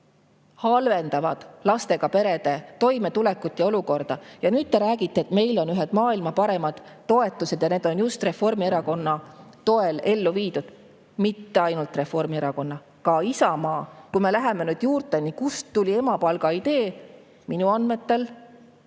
halvendavad lastega perede toimetulekut ja olukorda. Ja nüüd te räägite, et meil on ühed maailma parimad toetused ja need on just Reformierakonna toel ellu viidud. Mitte ainult Reformierakonna, vaid ka Isamaa [toel]. Kui me läheme nüüd juurteni, kust tuli emapalga idee, [siis näeme:]